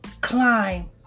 climb